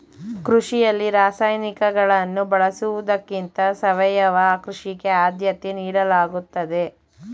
ಕೃಷಿಯಲ್ಲಿ ರಾಸಾಯನಿಕಗಳನ್ನು ಬಳಸುವುದಕ್ಕಿಂತ ಸಾವಯವ ಕೃಷಿಗೆ ಆದ್ಯತೆ ನೀಡಲಾಗುತ್ತದೆ